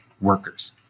workers